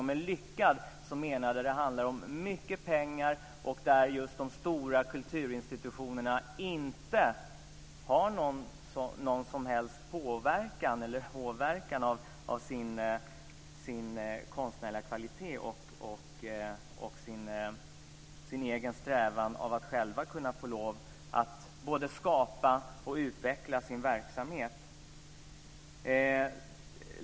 Med "lyckade" menar jag att det handlar om mycket pengar och om att det inte är fråga om någon som helst påverkan, eller åverkan, vad gäller de stora kulturinstitutionernas konstnärliga kvalitet och deras egen strävan att själva kunna få lov att både skapa och utveckla sin verksamhet.